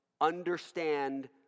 understand